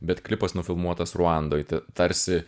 bet klipas nufilmuotas ruandoj tarsi